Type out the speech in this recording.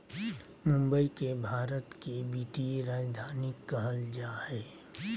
मुंबई के भारत के वित्तीय राजधानी कहल जा हइ